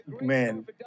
Man